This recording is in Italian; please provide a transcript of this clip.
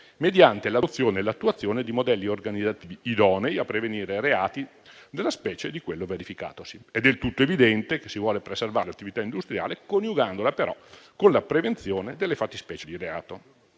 mediante l'adozione e l'attuazione di modelli organizzativi idonei a prevenire reati della specie di quello verificatosi. È del tutto evidente che si vuole preservare l'attività industriale, coniugandola però con la prevenzione delle fattispecie di reato.